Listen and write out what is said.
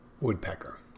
woodpecker